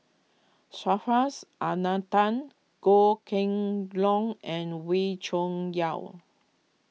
Subhas Anandan Goh Kheng Long and Wee Cho Yaw